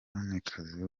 umwamikazi